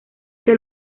que